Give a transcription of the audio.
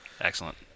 Excellent